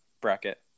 bracket